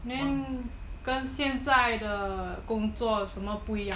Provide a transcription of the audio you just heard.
then 跟现在的工作什么不一样